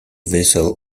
vassal